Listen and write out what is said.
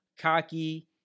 cocky